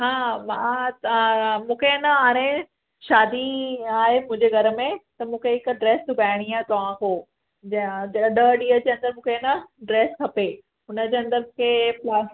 हा मां तव्हां मूंखे है न हाणे शादी आहे मुंहिंजे घर में त मूंखे हिक ड्रेस सिॿाइणी आहे तव्हांखों ॾह ॾींहं जे अंदरि मूंखे है न ड्रेस खपे उन जे अंदरि थिए